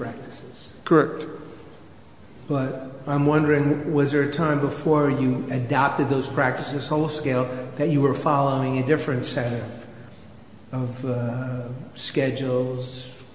practices correct but i'm wondering what was your time before you adopted those practices whole scale that you were following a different set of schedules